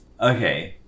Okay